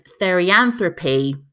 therianthropy